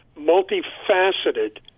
multi-faceted